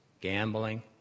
gambling